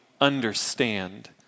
understand